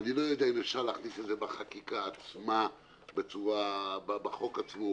אני לא יודע אם אפשר להכניס את זה בחקיקה עצמה בחוק עצמו,